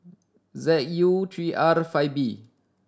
Z U three R and five B